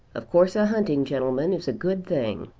of course a hunting gentleman is a good thing.